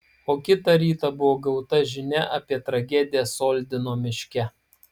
o kitą rytą buvo gauta žinia apie tragediją soldino miške